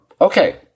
Okay